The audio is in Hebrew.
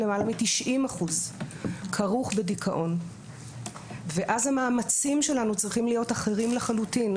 למעלה מ-90% כרוך בדיכאון ואז המאמצים שלנו צריכים להיות אחרי לחלוטין,